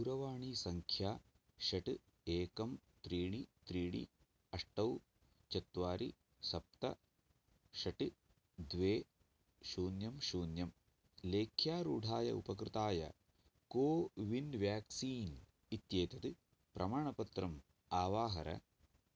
दूरवाणीसङ्ख्या षट् एकं त्रीणि त्रीणि अष्ट चत्वारि सप्त षट् द्वे शून्यं शून्यं लेख्यारूढाय उपकृताय कोविन् व्याक्सीन् इत्येतत् प्रमाणपत्रं अवाहर